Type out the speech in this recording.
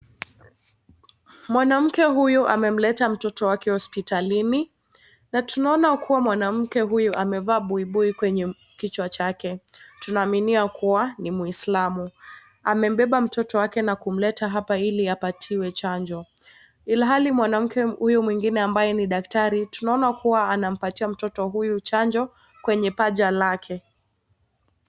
Mwanamke huyu amemleta mtoto wake hospitalini, natunaona kuwa mwanamke huyu amevaa buibui kwenye kichwa chake, tunaaminia kuwa, ni mwislamu, amembeba mtoto wake na kumleta hapa ili apatiwe chanjo, ilhali mwanamke huyu mwingine ambaye ni daktari, tunaona kuwa anampatia mtoto huyu chanjo, kwenye paja lake.